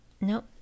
Nope